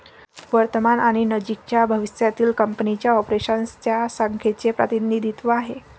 वर्तमान आणि नजीकच्या भविष्यातील कंपनीच्या ऑपरेशन्स च्या संख्येचे प्रतिनिधित्व आहे